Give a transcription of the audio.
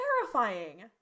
terrifying